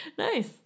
Nice